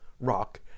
rock